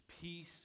peace